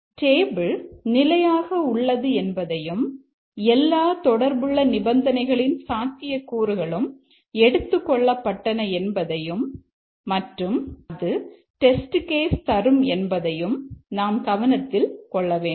table நிலையாக உள்ளது என்பதையும் எல்லா தொடர்புள்ள நிபந்தனைகளின் சாத்தியக்கூறுகளும் எடுத்துக்கொள்ளப்பட்டன என்பதையும் மற்றும் அது டெஸ்ட் கேஸ் தரும் என்பதையும் நாம் கவனத்தில் கொள்ள வேண்டும்